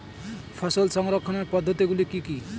ফসল সংরক্ষণের পদ্ধতিগুলি কি কি?